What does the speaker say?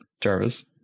Jarvis